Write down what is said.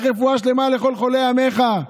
אבינו מלכנו שלח רפואה שלמה לכל חולי עמך.